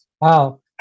Wow